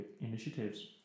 initiatives